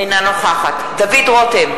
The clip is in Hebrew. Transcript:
אינה נוכחת דוד רותם,